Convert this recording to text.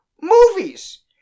movies